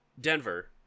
Denver